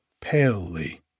palely